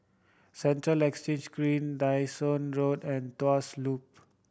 Central Exchange Green Dyson Road and Tuas Loop